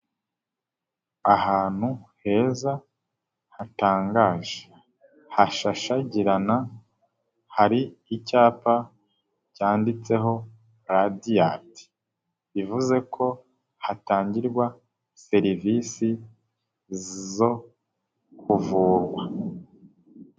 Ahantu heza hatangaje. Hashashagirana, hari icyapa cyanditseho Radiant. Bivuze ko hatangirwa serivisi zo kuvurwa.